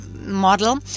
model